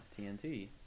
TNT